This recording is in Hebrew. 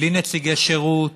בלי נציגי שירות,